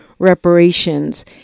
reparations